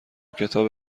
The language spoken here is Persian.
کتاب